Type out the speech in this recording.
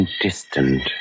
distant